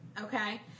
okay